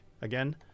again